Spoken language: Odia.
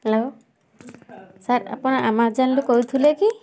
ହ୍ୟାଲୋ ସାର ଆପଣ ଆମାଜନରୁ କହୁଥୁଲେ କି